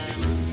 true